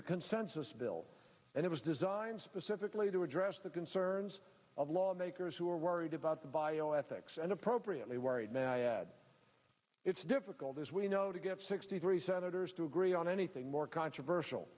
a consensus bill and it was designed specifically to address the concerns of lawmakers who are worried about bioethics and appropriately worried now it's difficult as we know to get sixty three senators to agree on anything more controversial